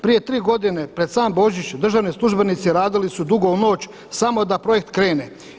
Prije 3 godine pred sam Božić državni službenici radili su dugo u noć samo da projekt krene.